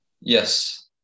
Yes